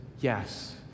Yes